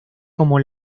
como